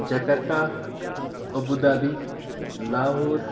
Jakarta Abu Dhabi Lahore